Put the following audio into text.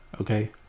okay